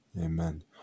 Amen